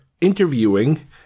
interviewing